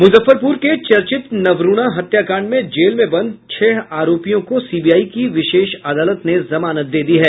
मुजफ्फरपुर के चर्चित नवरूणा हत्याकांड मे जेल में बंद छह आरोपियों को सीबीआई की विशेष अदालत ने जमानत दे दी है